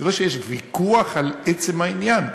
זה לא שיש ויכוח על עצם העניין.